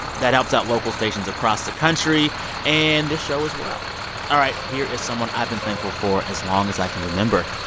that helps out local stations across the country and this show as well all right, here is someone i've been thankful for as long as i can remember,